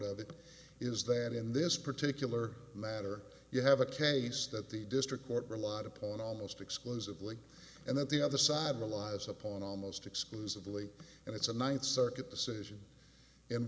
of it is that in this particular matter you have a case that the district court relied upon almost exclusively and that the other side relies upon almost exclusively and it's a ninth circuit